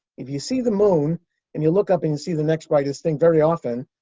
if you see the moon and you look up and you see the next brightest thing, very often,